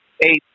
eight